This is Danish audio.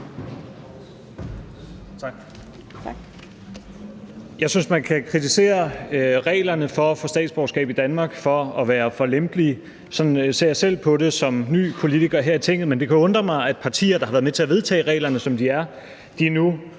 Jeg synes, man kan kritisere reglerne for at få statsborgerskab i Danmark for at være for lempelige. Sådan ser jeg selv på det som ny politiker her i Tinget, men det kan undre mig, at partier, der har været med til at vedtage reglerne, som de er, nu,